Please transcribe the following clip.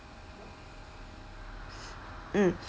mm